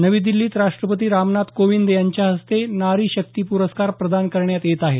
नवी दिल्लीत राष्ट्रपती रामनाथ कोविंद यांच्या हस्ते नारी शक्ती पुरस्कार प्रदान करण्यात येत आहेत